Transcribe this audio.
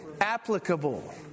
applicable